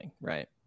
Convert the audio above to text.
Right